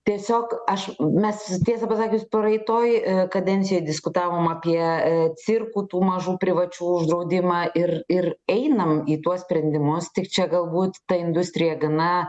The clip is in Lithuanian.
tiesiog aš mes tiesą pasakius praeitoj kadencijoj diskutavom apie cirkų tų mažų privačių uždraudimą ir ir einam į tuos sprendimus tik čia galbūt ta industrija gana